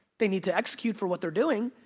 they need to execute for what they're doing.